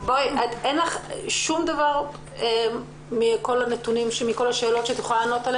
אין לך שום דבר מכל השאלות שאת יכולה לענות?